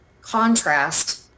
contrast